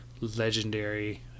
legendary